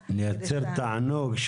אוקיי, נתתי לך, דרך אגב.